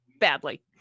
badly